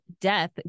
death